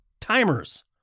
Timers